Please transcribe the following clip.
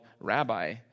rabbi